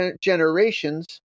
generations